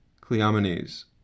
Cleomenes